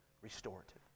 restorative